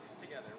together